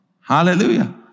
Hallelujah